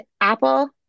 Apple